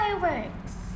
fireworks